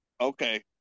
okay